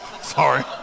Sorry